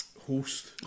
host